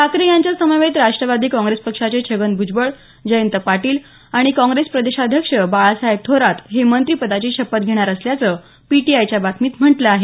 ठाकरे यांच्या समवेत राष्ट्रवादी काँग्रेस पक्षाचे छगन भूजबळ जयंत पाटील आणि काँग्रेस प्रदेशाध्यक्ष बाळासाहेब थोरात हे मंत्रिपदाची शपथ घेणार असल्याचं पीटीआयच्या बातमीत म्हटलं आहे